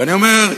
ואני אומר,